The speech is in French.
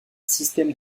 système